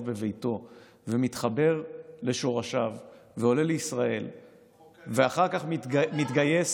בביתו ומתחבר לשורשיו ועולה לישראל ואחר כך מתגייס